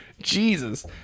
Jesus